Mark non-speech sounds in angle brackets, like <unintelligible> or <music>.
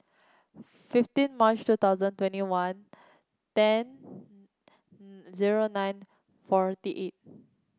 fifteen March two thousand twenty one ten <unintelligible> zero nine forty eight